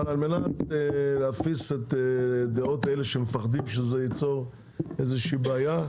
על מנת להפיס את דעותיהם של אלה שמפחדים שזה יצור איזושהי בעיה,